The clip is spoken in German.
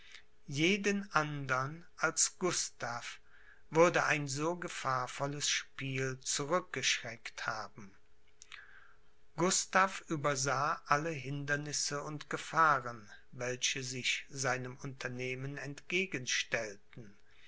jeden andern als gustav würde ein so gefahrvolles spiel zurückgeschreckt haben gustav übersah alle hindernisse und gefahren welche sich seinem unternehmen entgegenstellten